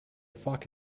fuck